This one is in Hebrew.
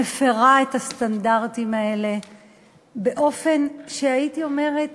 מפרה את הסטנדרטים האלה באופן שהייתי אומרת